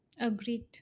Agreed